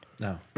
No